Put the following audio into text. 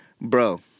Bro